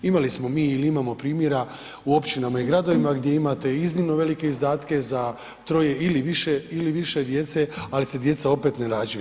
Imali smo mi il imamo primjera u općinama i gradovima gdje imate iznimno velike izdatke za troje ili više, ili više djece, ali se djeca opet ne rađaju.